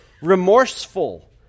remorseful